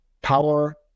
power